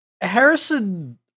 Harrison